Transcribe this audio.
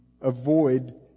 avoid